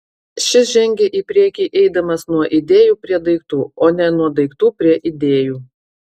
šis žengia į priekį eidamas nuo idėjų prie daiktų o ne nuo daiktų prie idėjų